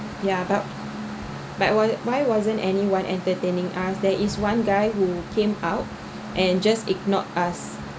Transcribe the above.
yeah but but why wasn't any one entertaining us there is one guy who came out and just ignored us